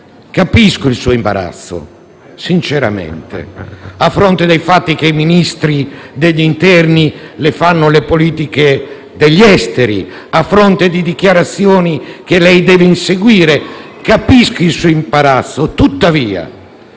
capisco il suo imbarazzo a fronte del fatto che il Ministro dell'interno fa le politiche degli esteri, a fronte di dichiarazioni che lei deve inseguire. Capisco il suo imbarazzo, tuttavia,